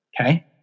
Okay